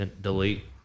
Delete